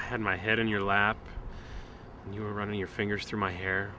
i had my head in your lap and you were running your fingers through my here